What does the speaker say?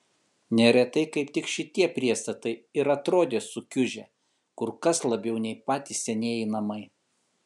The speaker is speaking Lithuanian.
neretai kaip tik šitie priestatai ir atrodė sukiužę kur kas labiau nei patys senieji namai